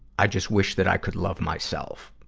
i just wish that i could love myself.